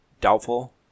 doubtful